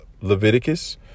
Leviticus